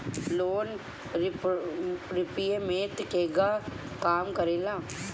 Loan repayment केगा काम करेला?